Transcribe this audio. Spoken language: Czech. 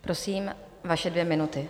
Prosím, vaše dvě minuty.